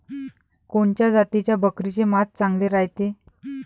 कोनच्या जातीच्या बकरीचे मांस चांगले रायते?